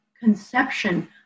conception